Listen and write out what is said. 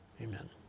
amen